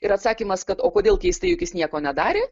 ir atsakymas kad o kodėl keistai juk jis nieko nedarė